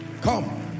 Come